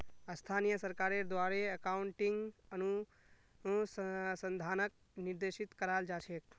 स्थानीय सरकारेर द्वारे अकाउन्टिंग अनुसंधानक निर्देशित कराल जा छेक